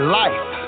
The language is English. life